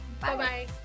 Bye-bye